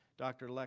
dr. like